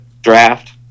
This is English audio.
draft